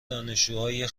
دانشجوهای